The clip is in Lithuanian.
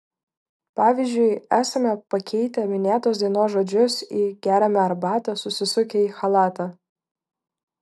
pavyzdžiui esame pakeitę minėtos dainos žodžius į geriame arbatą susisukę į chalatą